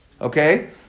Okay